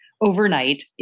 overnight